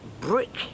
brick